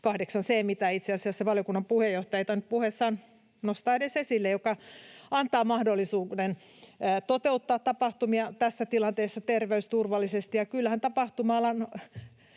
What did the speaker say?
§, mitä itse asiassa valiokunnan puheenjohtaja ei tainnut puheessaan nostaa edes esille, joka antaa mahdollisuuden toteuttaa tapahtumia tässä tilanteessa terveysturvallisesti.